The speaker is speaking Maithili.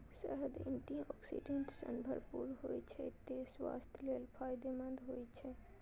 शहद एंटी आक्सीडेंट सं भरपूर होइ छै, तें स्वास्थ्य लेल फायदेमंद होइ छै